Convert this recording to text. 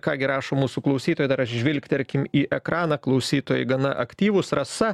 ką gi rašo mūsų klausytojai dar žvilgterkim į ekraną klausytojai gana aktyvūs rasa